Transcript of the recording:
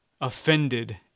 offended